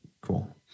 Cool